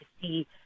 see